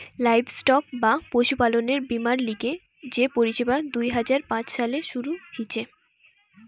livestock বা পশুপালনের বীমার লিগে যে পরিষেবা দুই হাজার পাঁচ সালে শুরু হিছে